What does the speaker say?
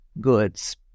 goods